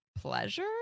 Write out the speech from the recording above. pleasure